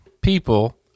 people